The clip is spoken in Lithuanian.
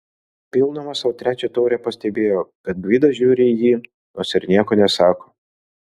pildamas sau trečią taurę pastebėjo kad gvidas žiūri į jį nors ir nieko nesako